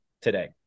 today